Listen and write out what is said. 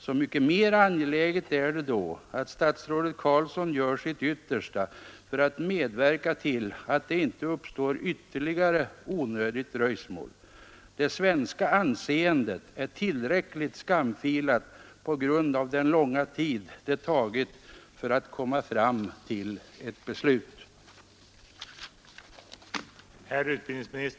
Så mycket mera angeläget är det då att statsrådet Carlsson gör sitt yttersta för att medverka till att det inte uppstår ytterligare onödigt dröjsmål. Det svenska anseendet är tillräckligt skamfilat redan på grund av den långa tid det tagit att komma fram till ett beslut.